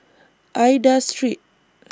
Aida Street